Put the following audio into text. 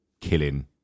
killing